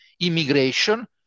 immigration